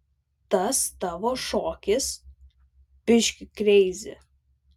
tas tavo šokis biški kreizi